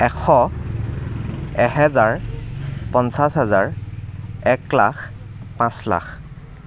এশ এহেজাৰ পঞ্চাছ হাজাৰ এক লাখ পাঁচ লাখ